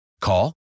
Call